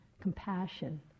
compassion